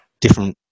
different